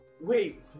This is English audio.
Wait